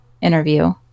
interview